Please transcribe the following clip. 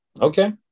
Okay